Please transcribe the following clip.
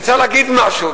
וצריך להגיד משהו.